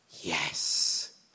yes